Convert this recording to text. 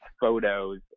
photos